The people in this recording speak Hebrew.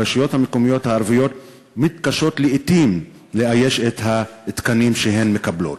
הרשויות המקומיות הערביות מתקשות לעתים לאייש את התקנים שהן מקבלות.